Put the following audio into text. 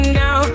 now